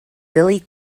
billy